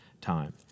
time